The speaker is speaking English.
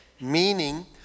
meaning